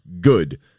good